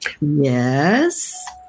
Yes